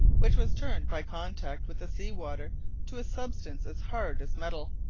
which was turned by contact with the sea-water to a substance as hard as metal.